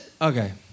Okay